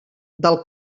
del